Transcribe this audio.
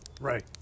Right